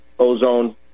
Ozone